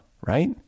right